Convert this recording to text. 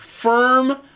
Firm